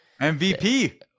MVP